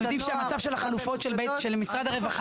אנחנו יודעים מה מצב החלופות של משרד הרווחה.